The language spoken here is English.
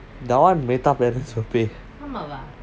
that one matar parents will pay